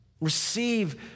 Receive